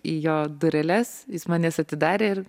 į jo dureles jis man jas atidarė ir